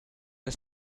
and